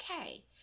okay